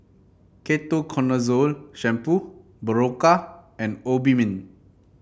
Ketoconazole Shampoo Berocca and Obimin